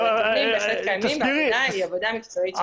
אבל הטיעונים בהחלט קיימים והעבודה היא עבודה מקצועית.